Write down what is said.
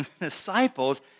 disciples